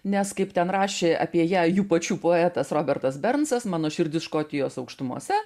nes kaip ten rašė apie ją jų pačių poetas robertas bernsas mano širdis škotijos aukštumose